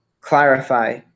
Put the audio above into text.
clarify